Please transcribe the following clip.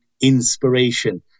inspiration